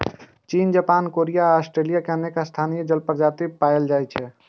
चीन, Japan, Korea आ Australia मे अनेक स्थानीय प्रजाति पाएल जाइ छै